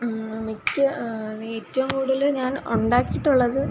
മിക്ക ഏറ്റവും കൂടുതല് ഞാന് ഉണ്ടാക്കിയിട്ടുള്ളത്